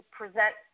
present